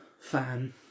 fan